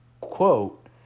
quote